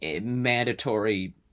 mandatory